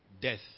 death